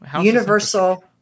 universal